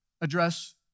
address